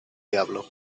diablo